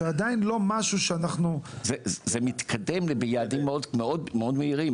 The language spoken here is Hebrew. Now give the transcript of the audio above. זה מתקדם ביעדים מאוד מהירים,